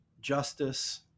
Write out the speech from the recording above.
justice